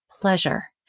pleasure